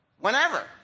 whenever